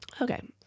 okay